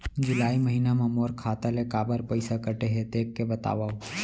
जुलाई महीना मा मोर खाता ले काबर पइसा कटे हे, देख के बतावव?